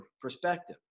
perspective